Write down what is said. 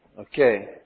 okay